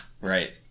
right